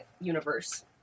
universe